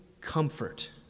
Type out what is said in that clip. comfort